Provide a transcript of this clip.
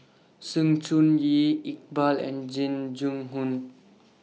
Sng Choon Yee Iqbal and Jing Jun Hong